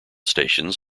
stations